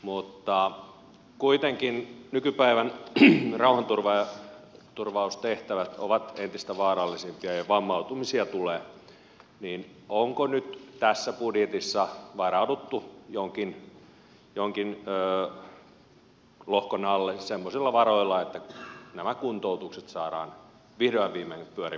kun kuitenkin nykypäivän rauhanturvaustehtävät ovat entistä vaarallisempia ja vammautumisia tulee niin onko nyt tässä budjetissa varauduttu jonkin lohkon alla semmoisilla varoilla että nämä kuntoutukset saadaan vihdoin ja viimein pyörimään kunnolla